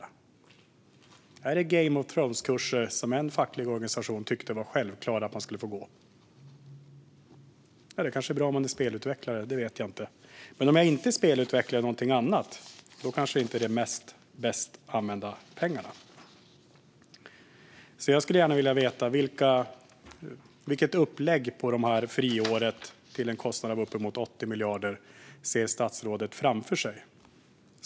Är det till Game of Thrones kurser, som en facklig organisation tyckte att det var självklart att man skulle få gå? Det kanske är bra om man spelutvecklare; det vet jag inte. Men om man inte är spelutvecklare eller någonting annat är detta kanske inte det bästa sättet att använda pengarna. Jag skulle gärna vilja veta vilket upplägg på det här friåret, till en kostnad av uppemot 80 miljarder, som statsrådet ser framför sig.